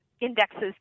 Indexes